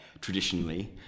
traditionally